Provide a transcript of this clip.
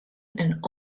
and